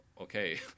okay